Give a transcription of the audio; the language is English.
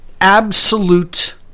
absolute